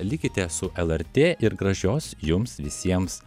likite su lrt ir gražios jums visiems